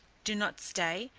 do not stay,